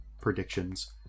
predictions